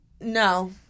No